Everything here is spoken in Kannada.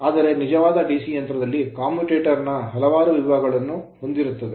ಆದರೆ ನಿಜವಾದ DC ಯಂತ್ರದಲ್ಲಿ commutator ಕಮ್ಯೂಟರೇಟರ್ ನ ಹಲವಾರು ವಿಭಾಗಗಳನ್ನು ಹೊಂದಿರುತ್ತದೆ